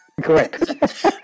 Correct